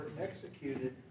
executed